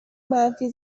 منفی